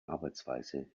arbeitsweise